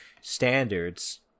standards